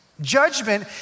Judgment